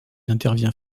intervient